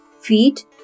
feet